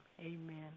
amen